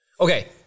Okay